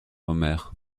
omer